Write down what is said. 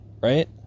right